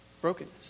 brokenness